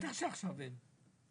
בטח שעכשיו אין.